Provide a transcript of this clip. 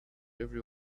every